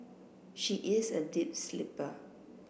she is a deep sleeper